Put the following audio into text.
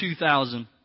2000